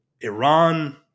Iran